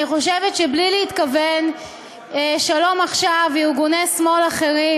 אני חושבת שבלי להתכוון "שלום עכשיו" וארגוני שמאל אחרים,